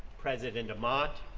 president amott,